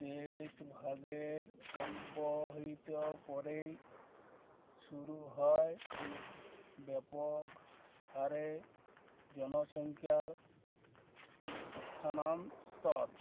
দেশভাগের অব্যবহিত পরেই শুরু হয় ব্যাপক হারে জনসংখ্যার স্থানান্তর